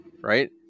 right